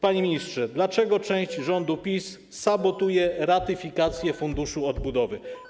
Panie ministrze, dlaczego część rządu PiS sabotuje ratyfikację Funduszu Odbudowy?